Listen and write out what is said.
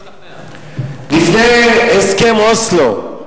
לפני הסכם אוסלו,